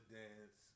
dance